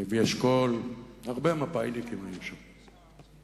לוי אשכול, הרבה מפא"יניקים היו שם.